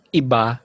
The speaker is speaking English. iba